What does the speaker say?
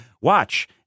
watch